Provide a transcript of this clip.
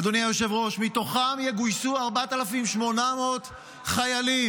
אדוני היושב-ראש, ומתוכם יגויסו 4,800 חיילים.